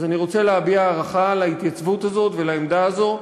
אז אני רוצה להביע הערכה על ההתייצבות הזאת ועל העמדה הזאת,